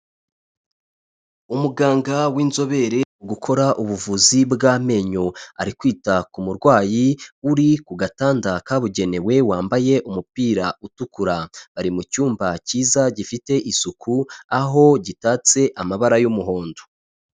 Umuganga w'inzobere mu gukora ubuvuzi bw'amenyo ari kwita ku murwayi uri ku gatanda kabugenewe, wambaye umupira utukura, bari mu cyumba cyiza, gifite isuku, aho gitatse amabara y'umuhondo.